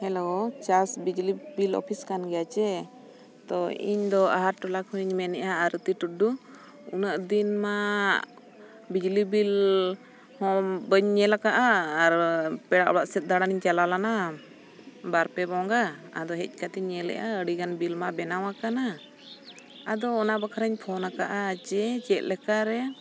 hello ᱪᱟᱥ ᱵᱤᱡᱽᱞᱤ bill office ᱠᱟᱱ ᱜᱮᱭᱟ ᱪᱮ ᱛᱚ ᱤᱧᱫᱚ ᱟᱦᱟᱨ ᱴᱚᱞᱟ ᱠᱷᱚᱱᱤᱧ ᱢᱮᱱᱮᱜᱼᱟ ᱟᱨᱚᱛᱤ ᱴᱩᱰᱩ ᱩᱱᱟᱹᱜ ᱫᱤᱱᱢᱟ ᱵᱤᱡᱽᱞᱤ ᱵᱤᱞ ᱦᱚᱸ ᱵᱟᱹᱧ ᱧᱮᱞ ᱟᱠᱟᱫᱟ ᱟᱨ ᱯᱮᱲᱟ ᱚᱲᱟᱜ ᱥᱮᱫ ᱫᱟᱬᱟᱱᱤᱧ ᱪᱟᱞᱟᱣ ᱞᱮᱱᱟ ᱵᱟᱨ ᱯᱮ ᱵᱚᱸᱜᱟ ᱟᱫᱚ ᱦᱮᱡ ᱠᱟᱛᱮᱧ ᱧᱮᱞᱮᱜᱼᱟ ᱟᱹᱰᱤᱜᱟᱱ ᱵᱤᱞᱢᱟ ᱵᱮᱱᱟᱣ ᱟᱠᱟᱱᱟ ᱟᱫᱚ ᱚᱱᱟ ᱵᱟᱠᱷᱨᱟᱧ ᱯᱷᱳᱱ ᱟᱠᱟᱫᱟ ᱪᱮ ᱪᱮᱫ ᱞᱮᱠᱟᱨᱮ